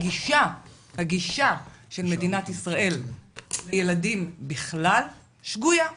הגישה של מדינת ישראל וילדים בכלל שגויה,